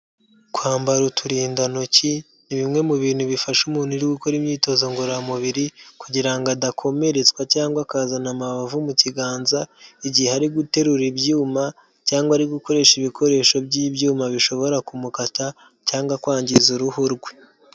Kwambara uturindantoki ni bimwe mu bintu bifasha umuntu uri gukora imyitozo ngororamubiri kugira ngo adakomeretswa cyangwa akazana amabavu mu kiganza igihe ari guterura ibyuma cyangwa ari gukoresha ibikoresho by'ibyuma bishobora kumukata cyangwa kwangiza uruhu rwe.